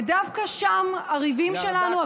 ודווקא שם הריבים שלנו,